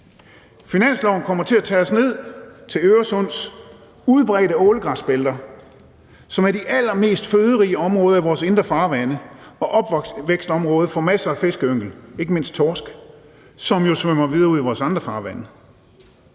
Finansloven kommer til at tage os ned til Øresunds udbredte ålegræsbælter, som er de allermest føderige områder i vores indre farvande og opvækstområde for masser af fiskeyngel, ikke mindst torsk, som jo svømmer videre ud i vores andre farvande.